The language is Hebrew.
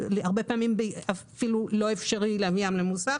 והרבה פעמים אפילו לא אפשרי להביא אותם למוסך.